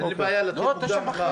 אני נועל את הישיבה.